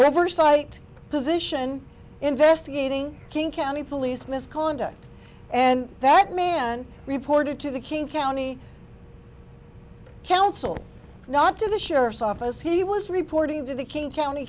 position investigating king county police misconduct and that man reported to the king county council not to the sheriff's office he was reporting to the king county